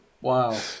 Wow